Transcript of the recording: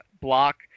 Block